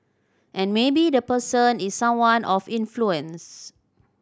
and maybe the person is someone of influence